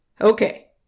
Okay